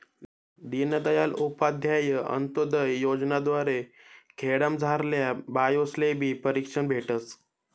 दीनदयाल उपाध्याय अंतोदय योजना द्वारे खेडामझारल्या बायास्लेबी प्रशिक्षण भेटस